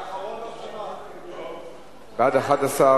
ההצעה להעביר את הנושא לוועדה שתקבע ועדת הכנסת נתקבלה.